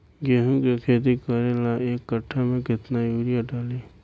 गेहूं के खेती करे ला एक काठा में केतना युरीयाँ डाली?